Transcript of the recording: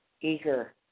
eager